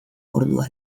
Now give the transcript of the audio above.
ordua